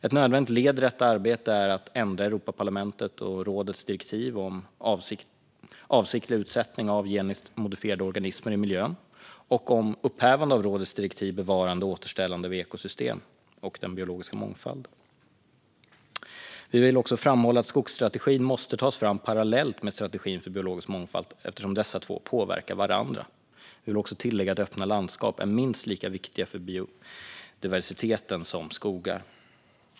Ett nödvändigt led i detta arbete är att ändra Europaparlamentets och rådets direktiv om avsiktlig utsättning av genetiskt modifierade organismer i miljön och om upphävande av rådets direktiv Bevarande och återställande av ekosystem och den biologiska mångfalden. Vi vill framhålla att skogsstrategin måste tas fram parallellt med strategin för biologisk mångfald, eftersom dessa två påverkar varandra. Vi vill också tillägga att öppna landskap är minst lika viktiga för biodiversiteten som skogar.